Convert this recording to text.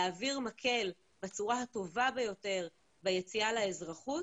להעביר מקל בצורה הטובה ביותר ביציאה לאזרחות